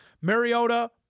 Mariota